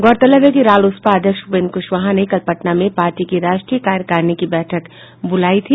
गौरतलब है कि रालोसपा अध्यक्ष उपेंद्र कुशवाहा ने कल पटना में पार्टी की राष्ट्रीय कार्यकारिणी की बैठक बुलायी थी